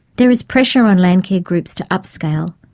there is pressure on landcare groups to upscale,